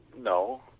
no